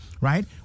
right